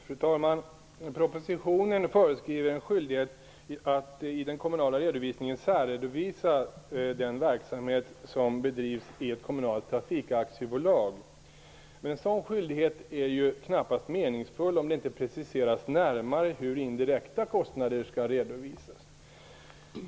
Fru talman! I propositionen föreskrivs en skyldighet att i den kommunala redovisningen särredovisa den verksamhet som bedrivs i ett kommunalt trafikaktiebolag. En sådan skyldighet är knappast meningsfull om det inte närmare preciseras hur indirekta kostnader skall redovisas.